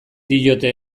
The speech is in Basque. diote